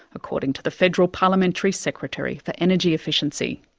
according to the federal parliamentary secretary for energy efficiency.